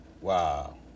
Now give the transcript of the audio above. wow